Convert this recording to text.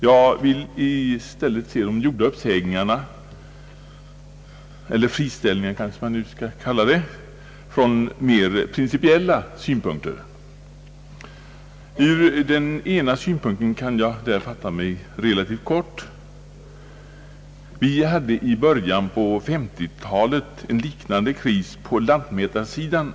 Jag vill i stället se de gjorda uppsägningarna — eller friställningarna kanske man nu skall kalla det — från mer principiella synpunkter. När det gäller den ena av de synpunkterna kan jag fatta mig relativt kort. Vi hade i början av 1950-talet en liknande kris på lantmäterisidan.